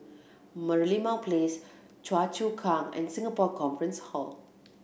Merlimau Place Choa Chu Kang and Singapore Conference Hall